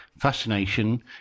fascination